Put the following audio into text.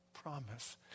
promise